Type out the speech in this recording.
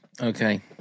Okay